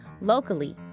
Locally